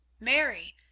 Mary